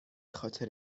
خاطر